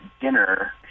dinner